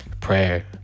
prayer